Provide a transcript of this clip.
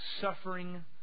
suffering